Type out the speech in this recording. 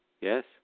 yes